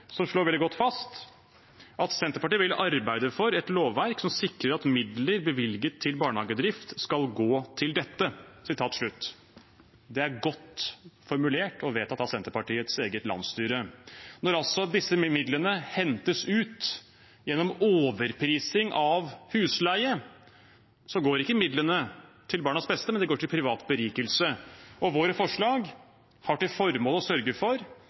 slår de det fast at «Senterpartiet vil arbeide for et lovverk som sikrer at midler bevilget til barnehagedrift skal gå til dette.» – Det er godt formulert og vedtatt av Senterpartiets eget landsstyre. Når disse midlene hentes ut gjennom overprising av husleie, går ikke midlene til barnas beste, men de går til privat berikelse. Våre forslag har til formål å sørge for